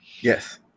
yes